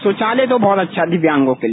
शौचालय तो बहुत अच्छा दिव्यांगों के लिए